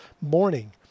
Morning